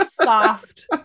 soft